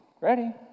Ready